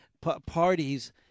parties